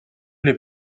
les